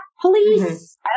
Police